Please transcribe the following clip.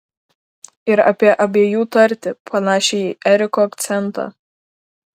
ir apie abiejų tartį panašią į eriko akcentą